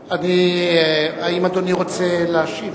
האם אדוני רוצה להשיב?